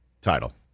title